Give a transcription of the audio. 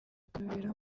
kwinubira